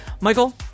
Michael